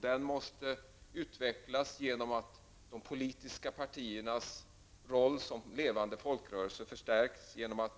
Den måste utvecklas på så sätt att de politiska partiernas roll som levande folkrörelse förstärks genom att